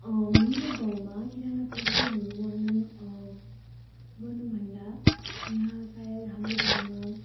मेरो गाउँमा किराना पसलहरू वर्णन गर्नु भन्दा यहाँ सायद हाम्रो गाउँमा